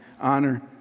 honor